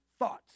thoughts